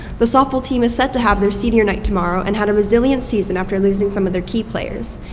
the softball team is set to have their senior night tomorrow and had a resilient season after losing some of their key players.